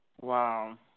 Wow